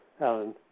Alan